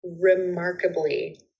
remarkably